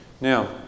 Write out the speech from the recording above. now